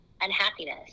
unhappiness